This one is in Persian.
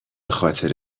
خاطر